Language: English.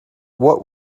what